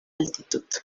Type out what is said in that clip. altitud